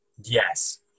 Yes